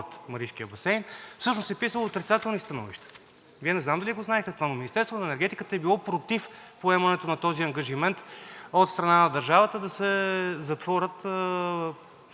Маришкият басейн, всъщност е написало отрицателни становища. Вие не знам дали знаете това, но Министерството на енергетиката е било против поемането на този ангажимент от страна на държавата да се затворят